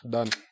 Done